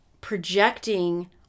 projecting